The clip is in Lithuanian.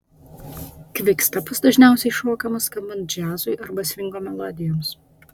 kvikstepas dažniausiai šokamas skambant džiazui arba svingo melodijoms